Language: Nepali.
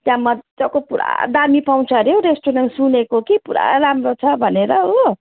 त्यहाँ मजाको पुरा दामी पाउँछ अरे हो रेस्टुरेन्ट सुनेको कि पुरा राम्रो छ भनेर हो